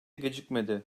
gecikmedi